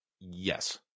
Yes